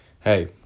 hey